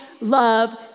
love